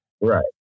Right